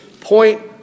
Point